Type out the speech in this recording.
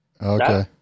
Okay